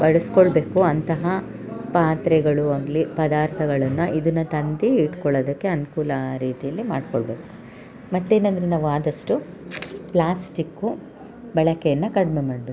ಬಡಸ್ಕೊಳ್ಳಬೇಕು ಅಂತಹ ಪಾತ್ರೆಗಳು ಆಗಲಿ ಪದಾರ್ಥಗಳನ್ನು ಇದನ್ನು ತಂದಿ ಇಟ್ಕೊಳದಕ್ಕೆ ಅನುಕೂಲ ಆ ರೀತೀಲಿ ಮಾಡ್ಕೊಳ್ಳಬೇಕು ಮತ್ತು ಏನಂದರೆ ನಾವು ಆದಷ್ಟು ಪ್ಲಾಸ್ಟಿಕ್ಕು ಬಳಕೆಯನ್ನು ಕಡಿಮೆ ಮಾಡಬೇಕು